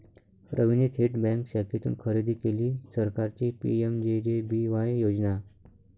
रवीने थेट बँक शाखेतून खरेदी केली सरकारची पी.एम.जे.जे.बी.वाय योजना